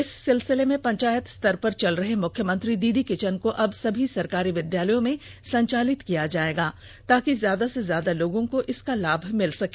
इस सिलसिले में पंचायत स्तर पर चल रहे मुख्यमंत्री दीदी किचन को अब सभी सरकारी विद्यालयों में संचालित किया जाएगा ताकि ज्यादा से ज्यादा लोगों को इसका लाभ मिल सके